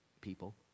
people